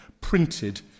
printed